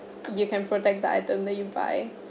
you can protect the item that you buy